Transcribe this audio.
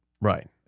Right